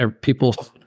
people